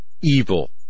evil